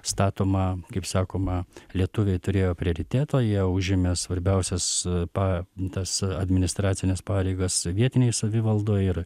statoma kaip sakoma lietuviai turėjo prioritetą jie užėmė svarbiausias pa tas administracines pareigas sovietinėj savivaldoj ir